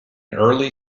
early